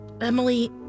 Emily